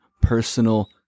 personal